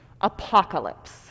apocalypse